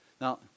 Now